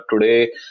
today